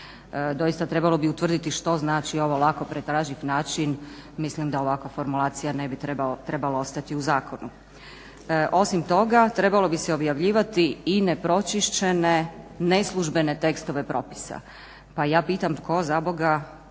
Doista, trebalo bi utvrditi što znači ovo lako pretražljiv način, mislim da ovakva formulacija ne bi trebala ostati u Zakonu. Osim toga, trebalo bi se objavljivati i nepročišćene neslužbene propisa zamjenu tekstova. Pa ja pitam tko zaboga